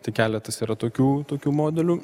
tai keletas yra tokių tokių modelių